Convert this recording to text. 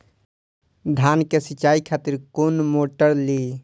धान के सीचाई खातिर कोन मोटर ली?